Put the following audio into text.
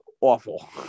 awful